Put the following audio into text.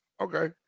Okay